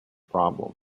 problem